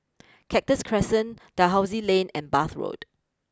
Cactus Crescent Dalhousie Lane and Bath Road